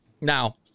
Now